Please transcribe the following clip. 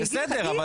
בסדר,